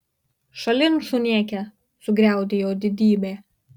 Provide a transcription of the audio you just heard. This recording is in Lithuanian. šalin šunėke sugriaudėjo didybė